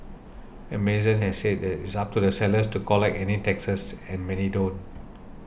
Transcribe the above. Amazon has said it's up to the sellers to collect any taxes and many don't